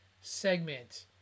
segment